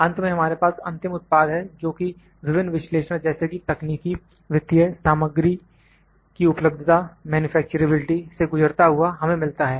अंत में हमारे पास अंतिम उत्पाद है जो कि विभिन्न विश्लेषण जैसे कि तकनीकी वित्तीय सामग्री की उपलब्धता मैन्युफैक्चररेबिलिटी से गुजरता हुआ हमें मिलता है